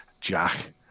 Jack